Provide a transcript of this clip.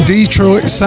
Detroit